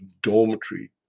dormitory